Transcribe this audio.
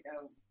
go